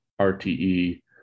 RTE